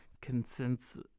Consensus